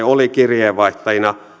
oli kirjeenvaihtajina pääasiassa